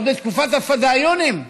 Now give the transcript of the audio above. עוד בתקופת הפדאיונים,